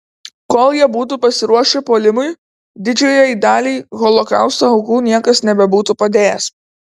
kol jie būtų pasiruošę puolimui didžiajai daliai holokausto aukų niekas nebebūtų padėjęs